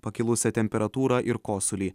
pakilusią temperatūrą ir kosulį